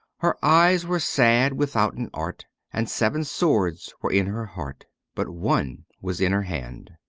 her eyes were sad withouten art and seven swords were in her heart, but one was in her hand.